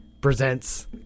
presents